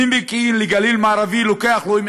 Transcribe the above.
מפקיעין למכללת גליל מערבי לוקח לו,